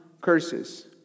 curses